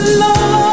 love